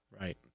Right